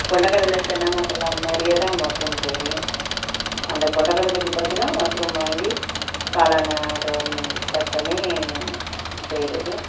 கொண்டக்கடலை சன்னா மசாலா மாதிரியே தான் மஸ்ரூம் கிரேவியும் அந்த கொண்டக்கடலைக்கு பதிலாக மஸ்ரூம் வாங்கி காளானை அதை கட் பண்ணி செய்கிறது